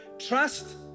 Trust